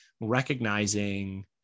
recognizing